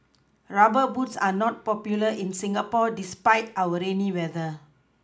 rubber boots are not popular in Singapore despite our rainy weather